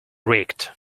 rigged